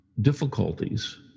Difficulties